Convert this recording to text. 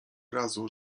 razu